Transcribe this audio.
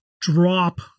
drop